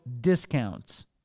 discounts